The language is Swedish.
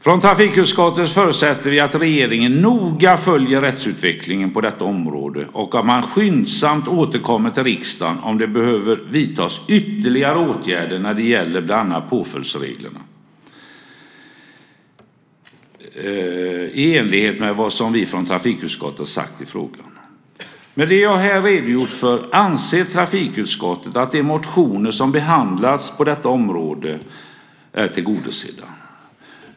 Vi i trafikutskottet förutsätter att regeringen noga följer rättsutvecklingen på detta område och att man skyndsamt återkommer till riksdagen om det behöver vidtas ytterligare åtgärder när det gäller påföljdsreglerna, i enlighet med vad vi i trafikutskottet har sagt i frågan. Med det jag här har redogjort för anser trafikutskottet att de motioner som behandlas på detta område är tillgodosedda.